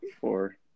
Four